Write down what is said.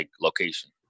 location